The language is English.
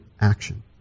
action